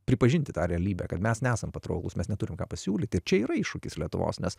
pripažinti tą realybę kad mes nesam patrauklūs mes neturim ką pasiūlyti čia yra iššūkis lietuvos nes